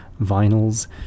vinyls